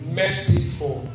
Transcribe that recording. merciful